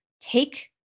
take